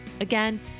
Again